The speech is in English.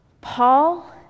Paul